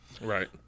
Right